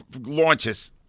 launches